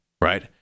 right